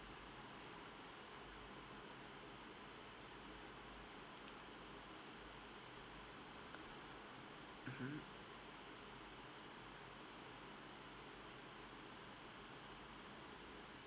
mmhmm